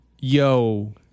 Yo